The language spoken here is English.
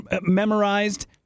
memorized